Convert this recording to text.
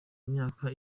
imyaka